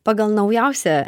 pagal naujausią